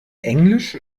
englisch